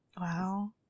Wow